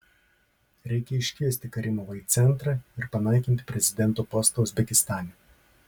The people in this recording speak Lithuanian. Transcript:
reikia iškviesti karimovą į centrą ir panaikinti prezidento postą uzbekistane